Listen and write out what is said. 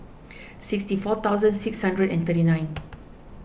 sixty four thousand six hundred and thirty nine